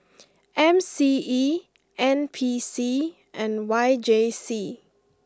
M C E N P C and Y J C